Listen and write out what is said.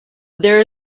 there